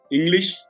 English